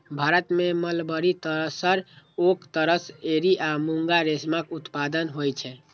भारत मे मलबरी, तसर, ओक तसर, एरी आ मूंगा रेशमक उत्पादन होइ छै